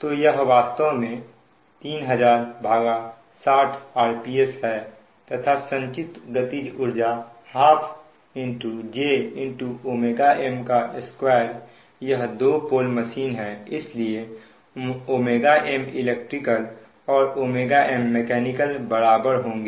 तो यह वास्तव में 300060 rps है तथा संचित गतिज ऊर्जा ½ J m2 यह 2 पोल मशीन है इसलिए m इलेक्ट्रिकल और m मैकेनिकल बराबर होंगे